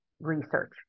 research